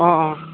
অঁ অঁ